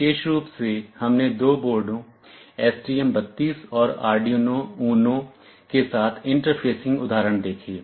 विशेष रूप से हमने दो बोर्डों STM32 और आर्डयूनो यूनो के साथ इंटरफेसिंग उदाहरण देखे